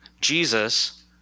Jesus